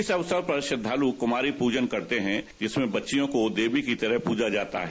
इस अवसर पर श्रद्वालु कुमारी पूजन करते हैं जिसमें बच्चियों को देवी की तरह पूजा जाता है